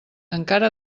encara